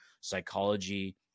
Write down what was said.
psychology